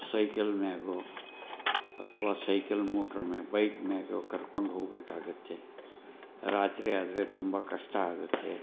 cycle ಮ್ಯಾಗೊ ಅಥ್ವಾ cycle motor ಮ್ಯಾ ಬೈಕ್ ಮ್ಯಾಗೊ ಕರ್ಕೊಂಡು ಹೋಗಬೇಕಾಗುತ್ತೆ ರಾತ್ರಿ ಆದರೆ ತುಂಬಾ ಕಷ್ಟ ಆಗುತ್ತೆ